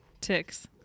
Ticks